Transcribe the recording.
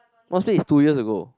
no split is two years ago